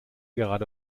gerade